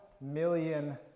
million